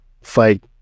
fight